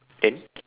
then